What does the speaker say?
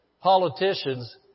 Politicians